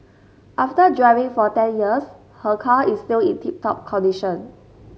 after driving for ten years her car is still in tip top condition